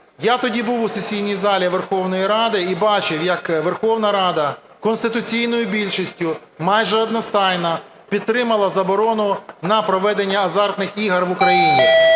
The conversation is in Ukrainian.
Я тоді був у сесійній залі Верховної Ради і бачив, як Верховна Рада конституційною більшістю майже одностайно підтримала заборону на проведення азартних ігор в Україні.